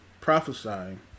prophesying